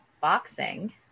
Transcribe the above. boxing